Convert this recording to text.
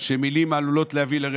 שמילים עלולות להוביל לרצח,